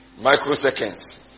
Microseconds